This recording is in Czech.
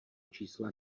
čísla